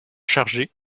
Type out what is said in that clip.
chargés